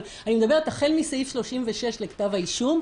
אבל אני מדברת החל מסעיף 36 לכתב האישום,